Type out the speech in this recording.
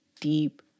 deep